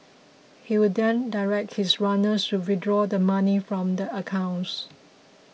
he would then direct his runners to withdraw the money from the accounts